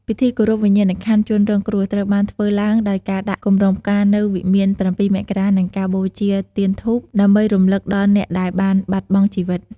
ពិធីគោរពវិញ្ញាណក្ខន្ធជនរងគ្រោះត្រូវបានធ្វើឡើងដោយការដាក់កម្រងផ្កានៅវិមាន៧ មករា និងការបូជាទៀនធូប ដើម្បីរំឭកដល់អ្នកដែលបានបាត់បង់ជីវិត។